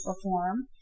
perform